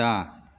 कुत्ता